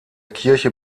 kirche